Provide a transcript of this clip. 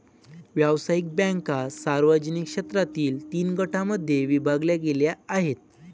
व्यावसायिक बँका सार्वजनिक क्षेत्रातील तीन गटांमध्ये विभागल्या गेल्या आहेत